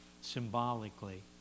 symbolically